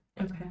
Okay